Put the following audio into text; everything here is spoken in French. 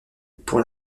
pour